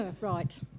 Right